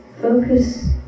focus